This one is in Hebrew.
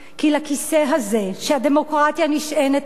כי לכיסא הזה, שהדמוקרטיה נשענת עליו,